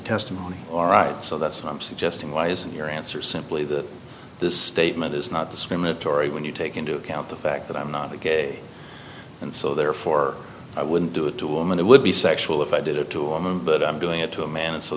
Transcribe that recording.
testimony all right so that's why i'm suggesting why isn't your answer simply that the statement is not discriminatory when you take into account the fact that i'm not a gay and so therefore i wouldn't do it to a woman it would be sexual if i did it to a woman but i'm doing it to a man and so